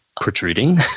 protruding